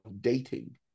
dating